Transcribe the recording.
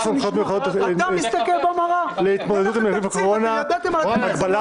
סמכויות מיוחדות להתמודדות עם נגיף הקורונה החדש (הוראת שעה) (הגבלת